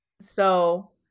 So-